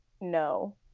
no